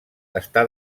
està